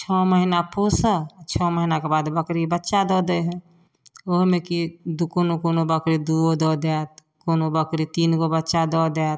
छओ महीना पोसऽ छओ महीनाके बाद बकरी बच्चा दऽ दै हइ ओहोमे कि दू कोनो कोनो बकरी दूओ दऽ देत कोनो बकरी तीनगो बच्चा दऽ देत